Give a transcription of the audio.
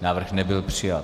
Návrh nebyl přijat.